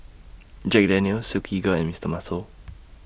Jack Daniel's Silkygirl and Mister Muscle